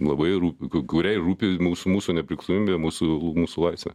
labai rūpi kuriai rūpi mūsų mūsų nepriklausomybė mūsų mūsų laisvė